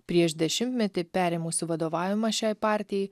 prieš dešimtmetį perėmusi vadovavimą šiai partijai